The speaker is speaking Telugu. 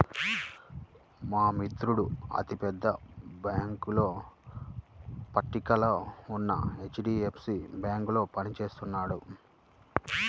మా మిత్రుడు అతి పెద్ద బ్యేంకుల పట్టికలో ఉన్న హెచ్.డీ.ఎఫ్.సీ బ్యేంకులో పని చేస్తున్నాడు